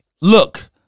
look